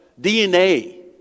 DNA